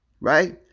right